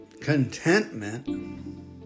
contentment